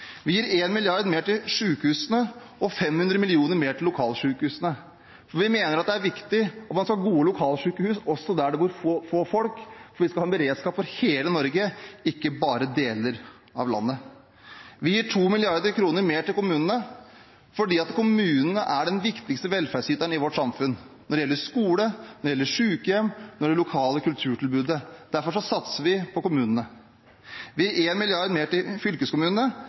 Vi gir 1 mrd. kr mer til sykehusene og 500 mill. kr mer til lokalsykehusene. Vi mener at det er viktig at man skal ha gode lokalsykehus også der det bor få folk, for vi skal ha en beredskap for hele Norge, ikke bare for deler av landet. Vi gir 2 mrd. kr mer til kommunene fordi en kommune er den viktigste velferdsyteren i vårt samfunn når det gjelder skole, sykehjem og det lokale kulturtilbudet. Derfor satser vi på kommunene. Vi gir 1 mrd. kr mer til fylkeskommunene,